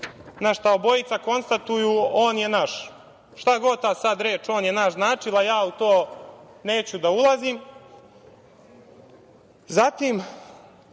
na šta obojica konstatuju, on je naš. Šta god ta reč – on je naš, značila, ja u to neću da ulazim. Zatim,